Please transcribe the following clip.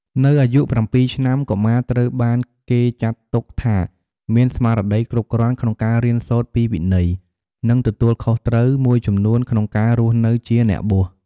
នៅអាយុ ៧ ឆ្នាំ កុមារត្រូវបានគេចាត់ទុកថាមានស្មារតីគ្រប់គ្រាន់ក្នុងការរៀនសូត្រពីវិន័យ និងទទួលខុសត្រូវមួយចំនួនក្នុងការរស់នៅជាអ្នកបួស។